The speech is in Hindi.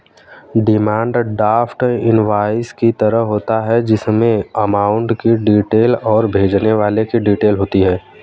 डिमांड ड्राफ्ट इनवॉइस की तरह होता है जिसमे अमाउंट की डिटेल और भेजने वाले की डिटेल होती है